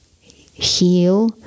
Heal